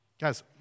Guys